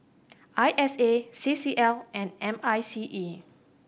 I S A C C L and M I C E